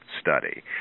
study